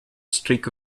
streak